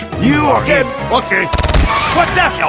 you are dead! ok what's up, yeah